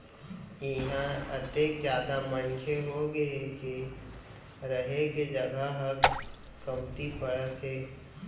इहां अतेक जादा मनखे होगे हे के रहें के जघा ह कमती परत हे